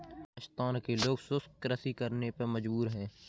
राजस्थान के लोग शुष्क कृषि करने पे मजबूर हैं